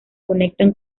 conectan